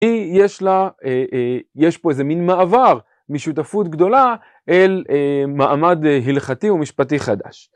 יש פה איזה מין מעבר משותפות גדולה אל מעמד הלכתי ומשפטי חדש.